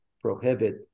prohibit